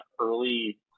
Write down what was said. early